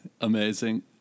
Amazing